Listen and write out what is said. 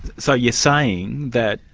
so you're saying that,